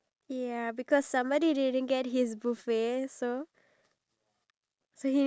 oh ya because in singapore they have like the A B thingy right